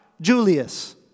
Julius